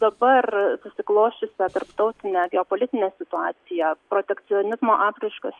dabar susiklosčiusią tarptautinę geopolitinę situaciją protekcionizmo apraiškas